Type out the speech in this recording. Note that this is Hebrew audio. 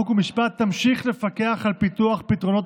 חוק ומשפט תמשיך לפקח על פיתוח פתרונות